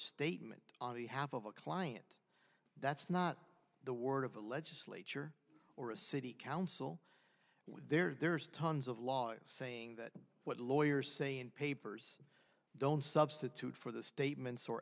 statement on the half of a client that's not the word of a legislature or a city council and there's tons of law saying that what lawyers say in papers don't substitute for the statements or